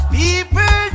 people